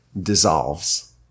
dissolves